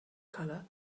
color